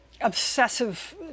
obsessive